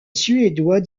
suédois